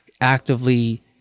actively